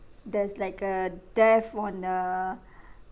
there's like a death on the